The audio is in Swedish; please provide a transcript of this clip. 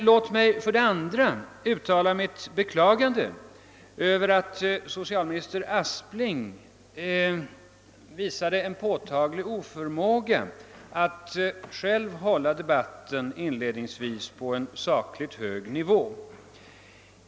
Låt mig, herr talman, därefter uttala mitt beklagande av att socialminister Aspling inledningsvis visade en påtaglig oförmåga att själv hålla debatten på en sakligt hög nivå!